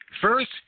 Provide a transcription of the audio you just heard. first